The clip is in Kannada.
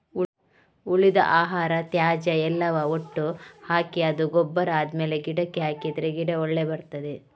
ಉಳಿದ ಆಹಾರ, ತ್ಯಾಜ್ಯ ಎಲ್ಲವ ಒಟ್ಟು ಹಾಕಿ ಅದು ಗೊಬ್ಬರ ಆದ್ಮೇಲೆ ಗಿಡಕ್ಕೆ ಹಾಕಿದ್ರೆ ಗಿಡ ಒಳ್ಳೆ ಬರ್ತದೆ